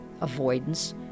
avoidance